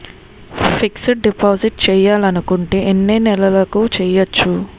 Fixed deposit చేయాలి అనుకుంటే ఎన్నే నెలలకు చేయొచ్చు?